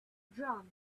drums